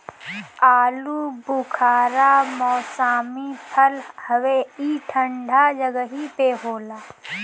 आलूबुखारा मौसमी फल हवे ई ठंडा जगही पे होला